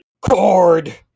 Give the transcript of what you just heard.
Cord